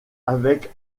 avec